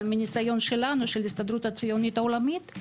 אבל מניסיון שלנו של ההסתדרות הציונית העולמית,